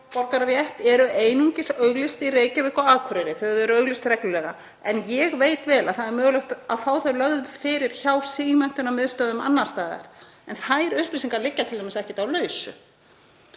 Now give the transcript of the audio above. ríkisborgararétt eru einungis auglýst í Reykjavík og á Akureyri, þau eru auglýst reglulega. Ég veit vel að það er mögulegt að fá þau lögð fyrir hjá símenntunarmiðstöðvum annars staðar en þær upplýsingar liggja t.d. ekkert á lausu.